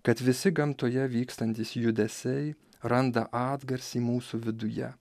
kad visi gamtoje vykstantys judesiai randa atgarsį mūsų viduje